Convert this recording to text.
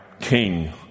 king